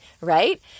right